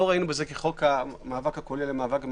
לא ראינו בזה חוק כולל למאבק במגפות.